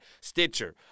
Stitcher